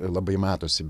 labai matosi